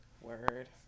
Word